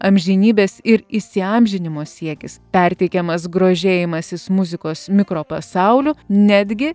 amžinybės ir įsiamžinimo siekis perteikiamas grožėjimasis muzikos mikropasauliu netgi